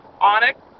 Onyx